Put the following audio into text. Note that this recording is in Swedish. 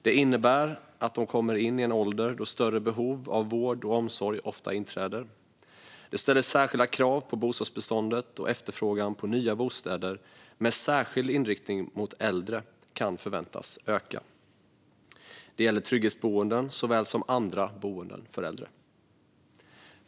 Det innebär att de kommer in i en ålder då större behov av vård och omsorg ofta inträder. Det ställer särskilda krav på bostadsbeståndet, och efterfrågan på nya bostäder med särskild inriktning mot äldre kan förväntas öka. Det gäller trygghetsboenden såväl som andra boenden för äldre.